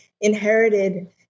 inherited